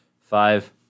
Five